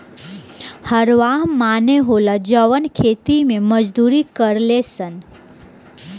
हरवाह माने होला जवन खेती मे मजदूरी करेले सन